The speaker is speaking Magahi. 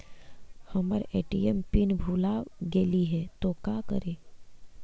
हमर ए.टी.एम पिन भूला गेली हे, तो का करि?